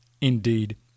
Indeed